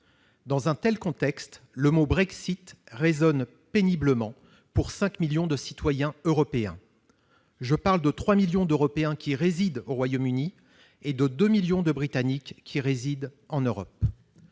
Dans un tel contexte, le mot « Brexit » résonne péniblement pour 5 millions de citoyens européens. Je parle de 3 millions d'Européens qui résident au Royaume-Uni et de 2 millions de Britanniques qui sont installés en Europe.